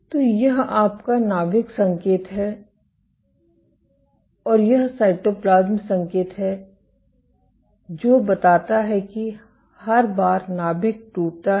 तो यह आपका नाभिक संकेत है और यह साइटोप्लाज्म संकेत है जो बताता है कि हर बार नाभिक टूटता है